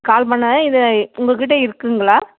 கால் பண்ணிணது இது உங்ககிட்ட இருக்குதுங்ளா